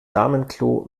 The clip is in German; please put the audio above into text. damenklo